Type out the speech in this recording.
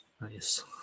Nice